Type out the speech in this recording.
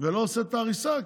ולא עושה את ההריסה,